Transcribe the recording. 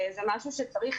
זה משהו שצריך